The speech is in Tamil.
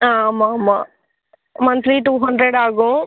ஆ ஆமா ஆமா மந்த்லி டூ ஹண்ட்ரட் ஆகும்